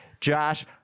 Josh